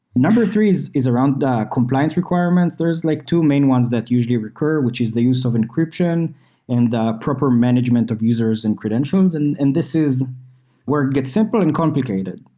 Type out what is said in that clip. number three is is around ah compliance requirements. there's like two main ones that usually reoccur, which is the use of encryption and the proper management of users and credentials, and and this is where it gets simple and complicated.